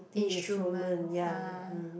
instruments ah